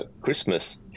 Christmas